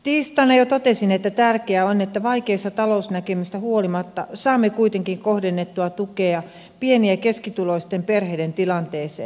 tiistaina jo totesin että tärkeää on että vaikeista talousnäkymistä huolimatta saamme kuitenkin kohdennettua tukea pieni ja keskituloisten perheiden tilanteeseen